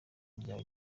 ryawe